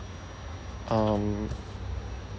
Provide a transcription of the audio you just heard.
um